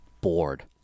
bored